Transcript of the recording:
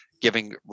Giving